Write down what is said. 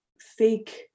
fake